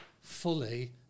fully